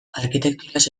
arkitekturaz